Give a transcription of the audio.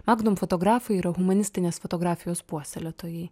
magnum fotografai yra humanistinės fotografijos puoselėtojai